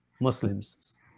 Muslims